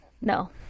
No